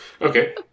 Okay